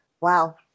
Wow